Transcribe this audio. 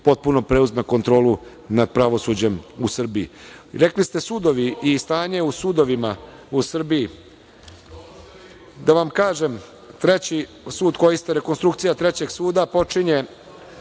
potpuno preuzme kontrolu nad pravosuđem u Srbiji. Rekli ste sudovi i stanje u sudovima u Srbiji. Da vam kažem, rekonstrukcija tri suda počinje